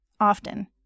Often